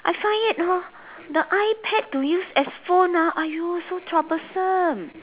I find it hor the i pad to use as phone ah !aiyo! so troublesome